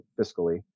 fiscally